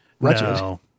no